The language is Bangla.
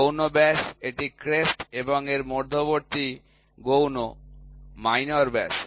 গৌণ ব্যাস এটি ক্রেস্ট এর মধ্যবর্তী গৌণ ব্যাস